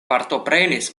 partoprenis